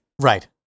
Right